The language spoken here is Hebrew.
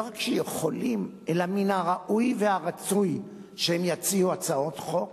לא רק שהם יכולים אלא מן הראוי והרצוי שהם יציעו הצעות חוק.